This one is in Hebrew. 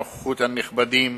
עמנואל, בנוכחות הנכבדים